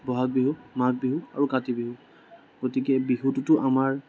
বহাগ বিহু মাঘ বিহু আৰু কাতি বিহু গতিকে বিহুটোতো আমাৰ